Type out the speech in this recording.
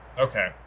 Okay